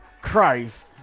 Christ